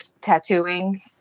tattooing